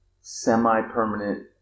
semi-permanent